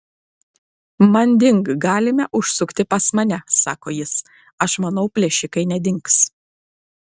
manding galime užsukti pas mane sako jis aš manau plėšikai nedings